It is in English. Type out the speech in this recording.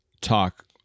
talk